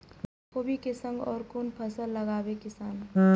कोबी कै संग और कुन फसल लगावे किसान?